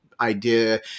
idea